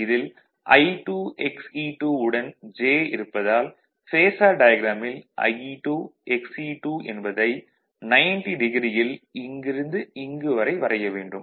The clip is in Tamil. இதில் I2 Xe2 உடன் "j" இருப்பதால் பேஸார் டயாக்ராமில் I2 Xe2 என்பதை 90° யில் இங்கிருந்து இங்குவரை வரைய வேண்டும்